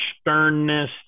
sternness